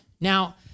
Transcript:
now